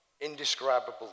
Indescribable